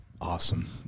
Awesome